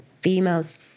Females